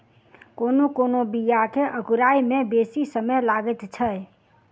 कोनो कोनो बीया के अंकुराय मे बेसी समय लगैत छै